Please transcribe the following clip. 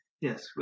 yes